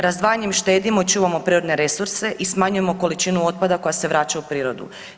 Razdvajanjem štedimo, čuvamo prirodne resurse i smanjujemo količinu otpada koja se vraća u prirodu.